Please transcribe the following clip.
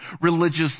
religious